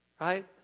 Right